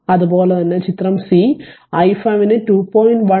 അതുപോലെ തന്നെ ചിത്രം c i5 ന് 2